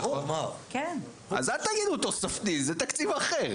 אז אל תגידו "תוספתי", זה תקציב אחר.